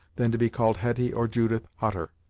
than to be called hetty or judith hutter.